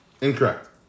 Incorrect